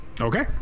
Okay